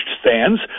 stands